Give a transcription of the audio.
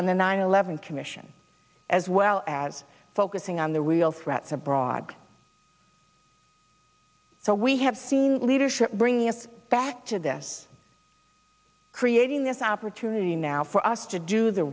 on the nine eleven commission as well as focusing on the real threats abroad so we have seen leadership bring us back to this creating this opportunity now for us to do the